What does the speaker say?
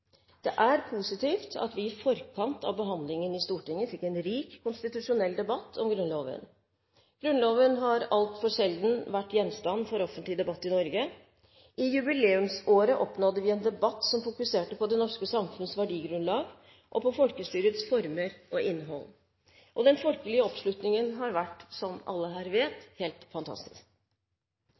Det er positivt at vi i forkant av behandlingen i Stortinget fikk en rik konstitusjonell debatt om Grunnloven. Grunnloven har altfor sjelden vært gjenstand for offentlig debatt i Norge. I jubileumsåret oppnådde vi en debatt som fokuserte på det norske samfunns verdigrunnlag og på folkestyrets former og innhold. Og den folkelige oppslutningen har, som alle her vet, vært helt fantastisk.